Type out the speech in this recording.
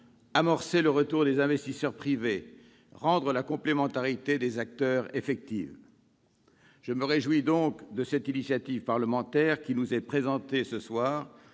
amorcer le retour des investisseurs privés, rendre la complémentarité des acteurs effective. Je me réjouis donc de l'initiative parlementaire qui nous est présentée ce soir.